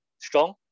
strong